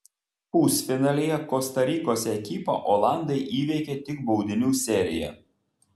pusfinalyje kosta rikos ekipą olandai įveikė tik baudinių serija